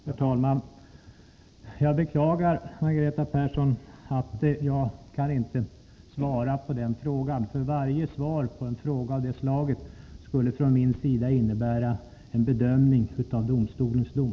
Herr talman! Jag beklagar, Margareta Persson, att jag inte kan svara på den frågan. Varje svar från min sida på en fråga av det slaget skulle innebära en bedömning av domstolens dom.